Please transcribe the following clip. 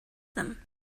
them